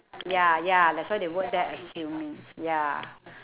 ya ya that's why they wrote there assuming ya